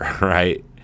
right